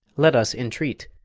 let us entreat,